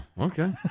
Okay